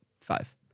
five